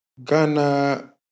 Ghana